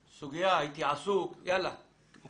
סוגיה, הייתי עסוק,